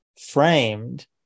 framed